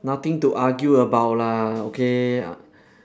nothing to argue about lah okay